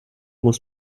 musst